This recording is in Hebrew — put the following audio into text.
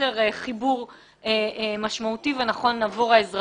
בחוסר חיבור משמעותי ונכון עבור האזרחים.